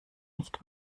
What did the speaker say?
nicht